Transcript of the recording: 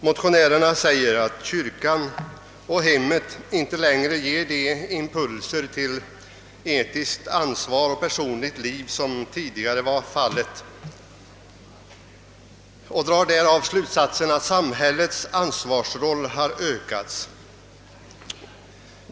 Motionärerna anför att kyrkan och hemmet inte längre ger samma impulser till etiskt ansvar och personligt liv som tidigare och drar därav slutsatsen att samhällets ansvar har ökats.